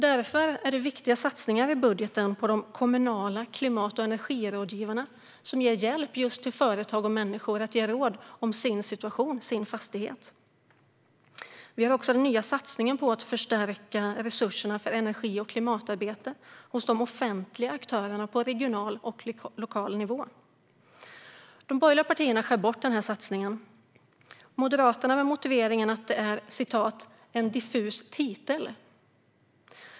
Därför är det viktiga satsningar i budgeten på de kommunala klimat och energirådgivarna, som ger hjälp och råd till företag och människor när det gäller deras situation och deras fastigheter. Vi har också den nya satsningen på att förstärka resurserna för energi och klimatarbete hos de offentliga aktörerna på regional och lokal nivå. De borgerliga partierna skär bort denna satsning. Moderaterna gör det med motiveringen att det är en diffus titel.